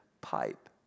pipe